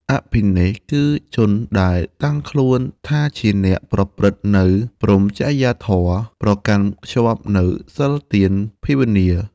អភិនេស្ក្រម៍ គឺជនដែលតាំងខ្លួនថាជាអ្នកប្រព្រឹត្តនូវព្រហ្មចរិយាធម៌ ប្រកាន់ខ្ជាប់នូវសីលទាន ភាវនា ។